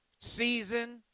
season